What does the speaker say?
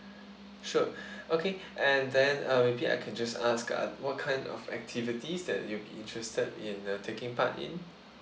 sure okay and then uh maybe I can just ask uh what kind of activities that you'll be interested in uh taking part in